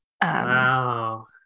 Wow